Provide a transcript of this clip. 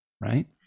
right